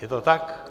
Je to tak?